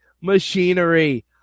machinery